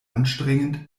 anstrengend